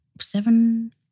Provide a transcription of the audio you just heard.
seven